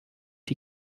die